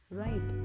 right